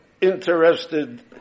interested